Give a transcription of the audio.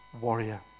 warrior